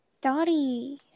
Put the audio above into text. Dottie